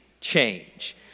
change